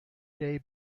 day